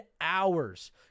hours